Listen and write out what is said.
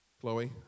Chloe